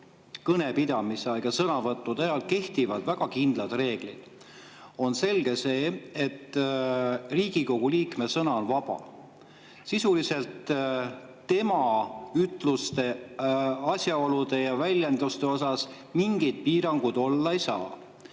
kõnepidamise ajal ja sõnavõttude ajal kehtivad väga kindlad reeglid. On selge see, et Riigikogu liikme sõna on vaba, sisuliselt tema ütluste ja väljenduste osas mingeid piiranguid olla ei saa.